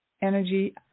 energy